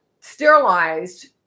sterilized